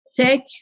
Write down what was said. take